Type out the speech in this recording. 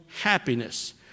happiness